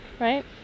Right